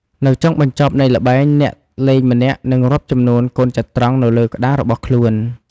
នៅចុងបញ្ចប់នៃល្បែង អ្នកលេងម្នាក់នឹងរាប់ចំនួនកូនចត្រង្គនៅលើក្ដាររបស់ខ្លួន។